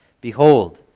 Behold